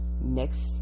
next